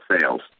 sales